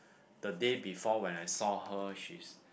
the day before when I saw her she's